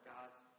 God's